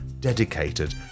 dedicated